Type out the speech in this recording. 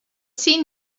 seen